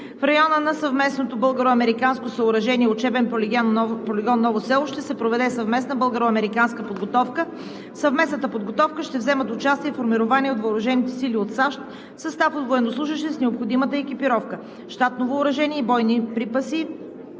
в района на съвместното българо-американско съоръжение Учебен полигон „Ново село“ ще се проведе съвместна българо-американска подготовка. В съвместната подготовка ще вземат участие формирование от въоръжените сили от САЩ в състав от военнослужещи с необходимата екипировка, щатно въоръжение и бойни припаси,